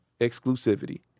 Exclusivity